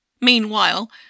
Meanwhile